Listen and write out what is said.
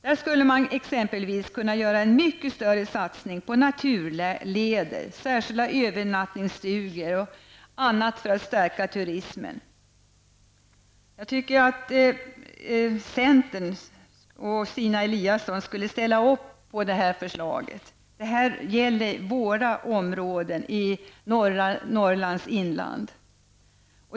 Där skulle man kunna göra en mycket större satsning på naturleder, särskilda övernattningsstugor och annat för att stärka turismen. Jag tycker att centern och Stina Eliasson skulle ställa upp på det förslaget. Det gäller våra områden i norra Norrlands inland.